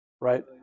Right